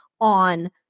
on